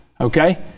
okay